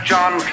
John